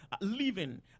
living